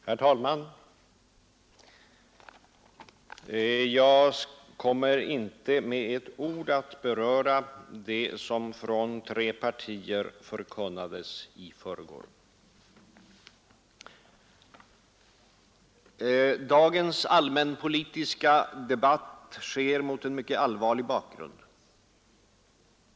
Herr talman! Jag kommer inte att med ett ord beröra det som från tre partier förkunnades i förrgår. Dagens allmänpolitiska debatt har en mycket allvarlig bakgrund.